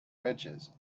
riches